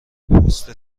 پست